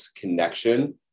connection